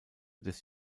des